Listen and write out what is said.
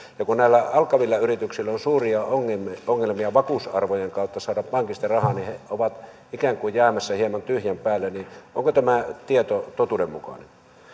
ja kun näillä alkavilla yrityksillä on suuria ongelmia ongelmia vakuusarvojen kautta saada pankista rahaa niin he ovat ikään kuin jäämässä hieman tyhjän päälle onko tämä tieto totuudenmukainen